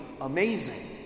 amazing